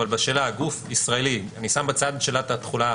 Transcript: אבל גוף ישראלי אני שם בצד את שאלת התחולה